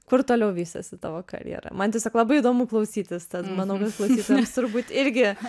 kur toliau vystėsi tavo karjera man tiesiog labai įdomu klausytis tad manau kad klausytojams turbūt irgi